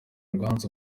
rwanze